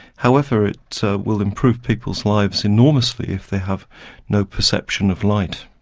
however, it so will improve people's lives enormously if they have no perception of light.